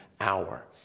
hour